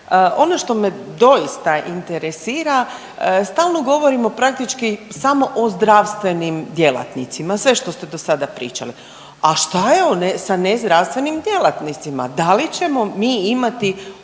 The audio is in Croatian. ono što me doista interesira stalno govorimo praktički samo o zdravstvenim djelatnicima sve što ste dosada pričali, a šta sa nezdravstvenim djelatnicima, da li ćemo mi imati